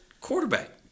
quarterback